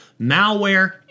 malware